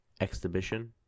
exhibition